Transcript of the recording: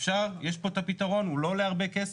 יש פה את הפתרון, הוא לא עולה הרבה כסף.